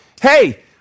hey